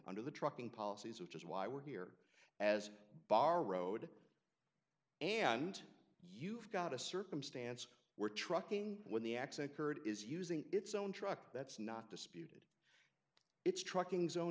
under the trucking policies which is why we're here as bar road and you've got a circumstance where trucking when the accident occurred is using its own truck that's not dispute it's trucking zone